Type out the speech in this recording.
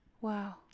wow